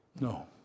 No